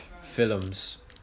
films